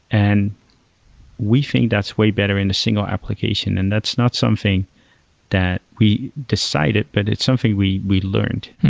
and we think that's way better in a single application and that's not something that we decided, but it's something we we learned.